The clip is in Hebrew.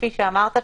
כפי שאמרת,